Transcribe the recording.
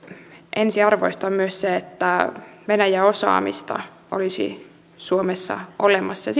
ensiarvoista on myös se että venäjä osaamista olisi suomessa olemassa ja